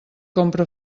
compra